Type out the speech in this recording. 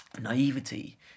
naivety